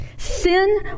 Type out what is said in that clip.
sin